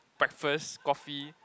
breakfast coffee